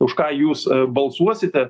už ką jūs balsuosite